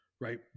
right